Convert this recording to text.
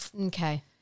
Okay